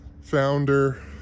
founder